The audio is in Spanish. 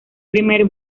primer